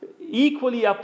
equally